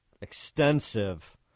extensive